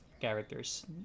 characters